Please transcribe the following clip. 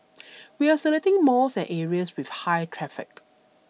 we are selecting malls and areas with high traffic